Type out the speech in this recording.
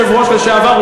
אדוני היושב-ראש לשעבר,